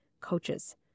coaches